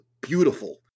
beautiful